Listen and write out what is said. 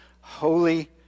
Holy